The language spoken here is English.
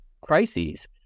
crises